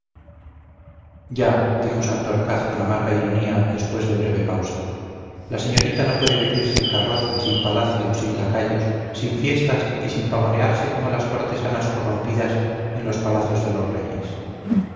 ya dijo santorcaz con amarga ironía después de breve pausa la señorita no puede vivir sin carroza sin palacio sin lacayos sin fiestas y sin pavonearse como las cortesanas corrompidas en los palacios de los reyes